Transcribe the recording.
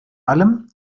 allem